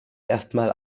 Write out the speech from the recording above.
erstmal